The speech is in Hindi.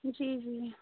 जी जी